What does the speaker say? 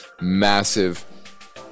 massive